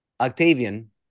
Octavian